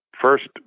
first